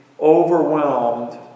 overwhelmed